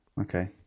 okay